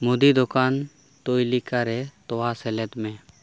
ᱢᱩᱫᱤ ᱫᱚᱠᱟᱱ ᱛᱚᱭᱞᱤᱠᱟᱨᱮ ᱛᱳᱣᱟ ᱥᱮᱞᱮᱫ ᱢᱮ